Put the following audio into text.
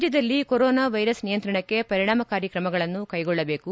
ರಾಜ್ಕದಲ್ಲಿ corona virus ನಿಯಂತ್ರಣಕ್ಕೆ ಪರಿಣಾಮಕಾರಿ ತ್ರಮಗಳನ್ನು ಕೈಗೊಳ್ಳಬೇಕು